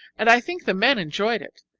and i think the men enjoyed it.